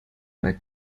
bei